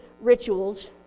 rituals